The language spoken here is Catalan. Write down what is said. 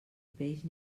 peix